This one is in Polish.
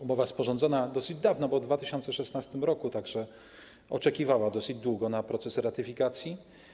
Umowa została sporządzona dosyć dawno, bo w 2016 r., tak że oczekiwała dosyć długo na proces ratyfikacji.